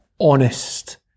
honest